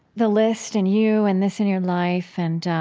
the list and you and this in your life and, um,